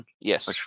Yes